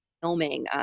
Filming